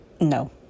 no